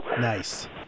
Nice